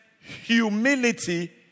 humility